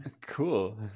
Cool